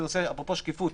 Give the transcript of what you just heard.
אפרופו שקיפות